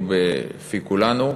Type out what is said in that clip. או בפי כולנו,